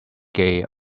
gay